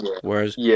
Whereas